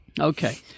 Okay